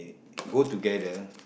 go together